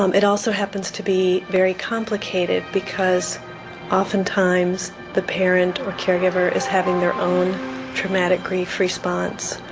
um it also happens to be very complicated because oftentimes the parent or caregiver is having their own traumatic grief response.